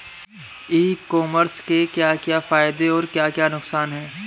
ई commerce के क्या क्या फायदे और क्या क्या नुकसान है?